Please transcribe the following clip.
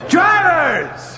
Drivers